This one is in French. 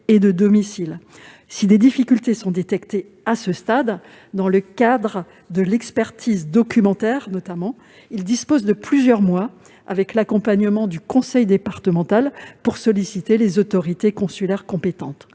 et de domicile. Si des difficultés sont détectées à ce stade, dans le cadre de l'expertise documentaire notamment, le mineur dispose de plusieurs mois, avec l'accompagnement du conseil départemental, pour solliciter les autorités consulaires compétentes.